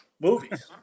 movies